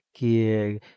que